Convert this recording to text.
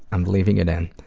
i'm leaving it in.